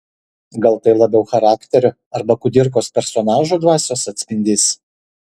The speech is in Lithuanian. gal tai labiau charakterio arba kudirkos personažų dvasios atspindys